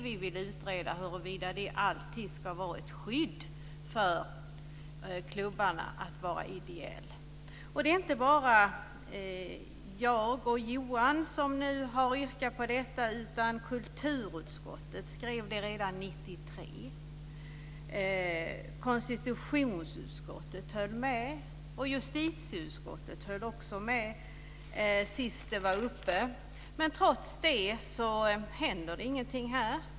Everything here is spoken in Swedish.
Vi vill utreda huruvida det alltid ska vara ett skydd för klubbarna att vara ideella. Det är inte bara jag och Johan som har yrkat på detta. Kulturutskottet skrev det redan 1993, och konstitutionsutskottet höll med. Justitieutskottet höll också med senast frågan var uppe. Trots det händer det ingenting.